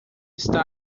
está